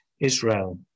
Israel